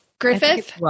Griffith